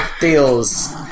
deals